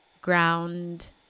ground